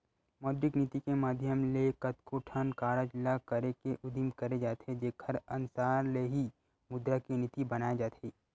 मौद्रिक नीति के माधियम ले कतको ठन कारज ल करे के उदिम करे जाथे जेखर अनसार ले ही मुद्रा के नीति बनाए जाथे